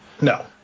No